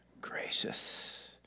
gracious